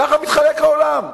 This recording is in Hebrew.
ככה מתחלק העולם.